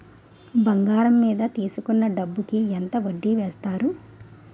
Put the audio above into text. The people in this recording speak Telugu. బంగారం మీద తీసుకున్న డబ్బు కి ఎంత వడ్డీ వేస్తారు?